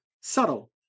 Subtle